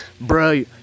Bro